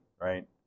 right